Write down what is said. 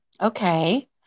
okay